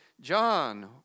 John